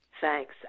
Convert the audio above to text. Thanks